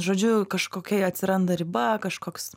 žodžiu kažkokia atsiranda riba kažkoks